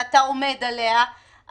ואתה עומד עליה,